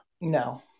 No